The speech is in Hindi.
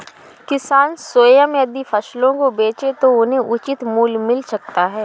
किसान स्वयं यदि फसलों को बेचे तो उन्हें उचित मूल्य मिल सकता है